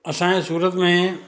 असांजे सूरत में